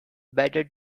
better